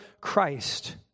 Christ